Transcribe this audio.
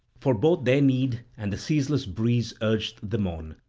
for both their need and the ceaseless breeze urged them on.